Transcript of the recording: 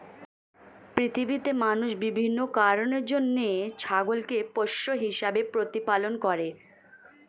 পৃথিবীতে মানুষ বিভিন্ন কারণের জন্য ছাগলকে পোষ্য হিসেবে প্রতিপালন করে